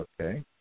okay